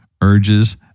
urges